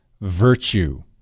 virtue